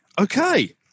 Okay